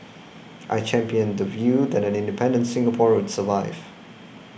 I championed the view that an independent Singapore would survive